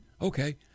okay